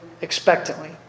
expectantly